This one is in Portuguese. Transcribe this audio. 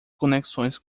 conexões